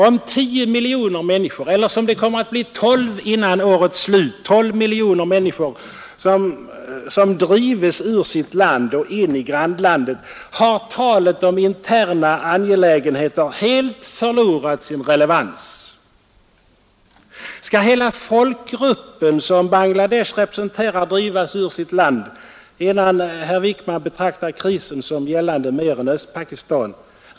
Om tio miljoner eller, som det kommer att bli före årets slut, tolv miljoner människor drivs ur sitt land och in i grannlandet, har talet om interna angelägenheter helt förlorat sin relevans. Skall hela folkgruppen som Bangla Desh representerar drivas ur sitt land, innan herr Wickman betraktar krisen som gällande mer än Östpakistan?